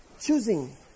choosing